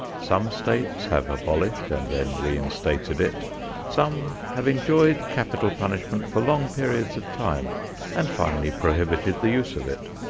some states have abolished and then reinstated it some have enjoyed capital punishment for long periods of time and finally prohibited the use of it.